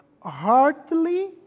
heartily